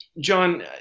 John